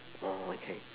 orh okay